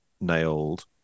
nailed